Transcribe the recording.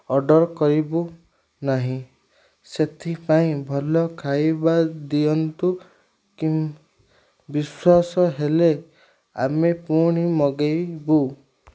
order କରିବୁ ନାହିଁ ସେଥିପାଇଁ ଭଲ ଖାଇବା ଦିଅନ୍ତୁ କି ବିଶ୍ୱାସ ହେଲେ ଆମେ ପୁଣି ମଗେଇବୁ